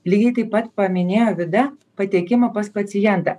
lygiai taip pat paminėjo vida patekimą pas pacientą